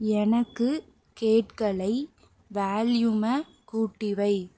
எனக்கு கேட்கலை வால்யூமை கூட்டி வை